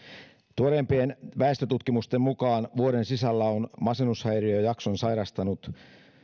tuoreimpien väestötutkimusten mukaan vuoden sisällä on masennushäiriöjakson sairastanut